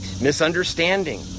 misunderstanding